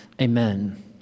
amen